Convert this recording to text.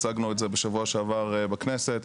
הצגנו את זה בשבוע שעבר בכנסת.